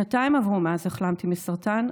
שנתיים עברו מאז החלמתי מסרטן,